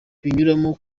binyuramo